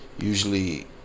usually